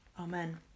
Amen